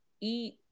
eat